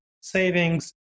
savings